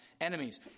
enemies